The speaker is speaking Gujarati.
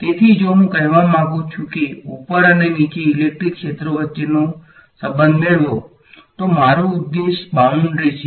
તેથી જો હું કહેવા માંગુ છું કે ઉપર અને નીચે ઇલેક્ટ્રિક ક્ષેત્રો વચ્ચેનો સંબંધ મેળવો તો મારું ઉદ્દેશ બાઉન્ડ્રી છે